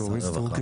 וגם לאורית סטרוק.